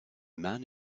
man